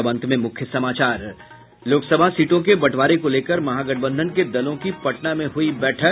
और अब अंत में मुख्य समाचार लोकसभा सीटों के बंटवारे को लेकर महागठबंधन के दलों की पटना में हुई बैठक